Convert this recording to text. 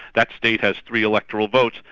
that state has three electoral votes,